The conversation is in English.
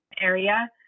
area